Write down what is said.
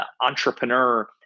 entrepreneur